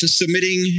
submitting